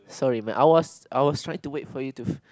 so even I was I was try to wait for you to